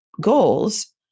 goals